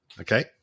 Okay